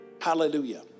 Hallelujah